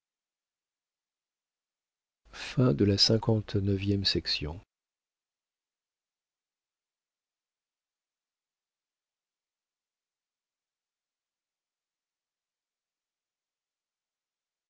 de la chasse